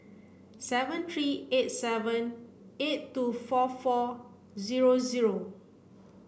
seven three eight seven eight two four four zero zero